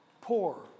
Poor